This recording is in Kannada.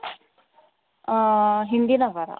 ಹಿಂದಿನ ವಾರ